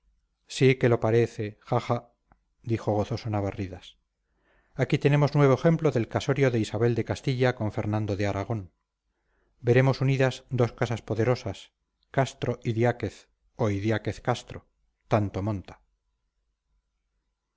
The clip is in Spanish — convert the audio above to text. sí que lo parece ja ja dijo gozoso navarridas aquí tenemos nuevo ejemplo del casorio de isabel de castilla con fernando de aragón veremos unidas dos casas poderosas castro idiáquez o idiáquez castro tanto monta